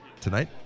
Tonight